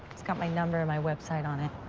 it's got my number and my web site on it.